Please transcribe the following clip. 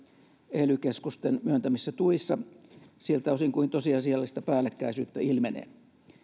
ely keskusten myöntämissä tuissa siltä osin kuin tosiasiallista päällekkäisyyttä ilmenee